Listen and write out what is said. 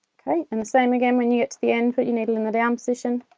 okay and the same again when you get to the end put your needle in the down position